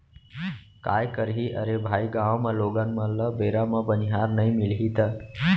काय करही अरे भाई गॉंव म लोगन मन ल बेरा म बनिहार नइ मिलही त